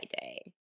Day